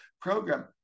program